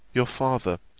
your father,